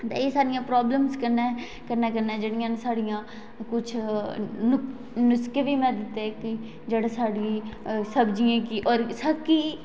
ते एह् सारियां प्राव्लमस कन्नै कन्नै जेहड़ियां ना साढ़ियां कुछ नुक्से बी जेहडे़ साढ़ी सब्जियै गी और